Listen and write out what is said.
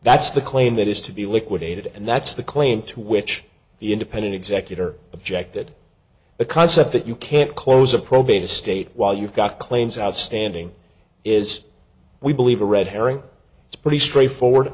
that's the claim that is to be liquidated and that's the claim to which the independent executor objected the concept that you can't close a probate estate while you've got claims outstanding is we believe a red herring it's pretty straightforward